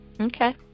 Okay